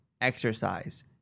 exercise